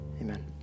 Amen